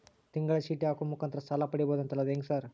ತಿಂಗಳ ಚೇಟಿ ಹಾಕುವ ಮುಖಾಂತರ ಸಾಲ ಪಡಿಬಹುದಂತಲ ಅದು ಹೆಂಗ ಸರ್?